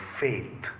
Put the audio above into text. faith